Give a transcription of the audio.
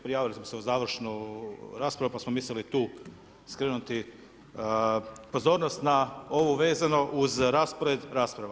Prijavili smo se u završnu raspravu, pa smo mislili tu skrenuti pozornost na ovo vezano uz raspored rasprava.